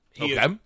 Okay